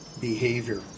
behavior